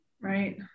Right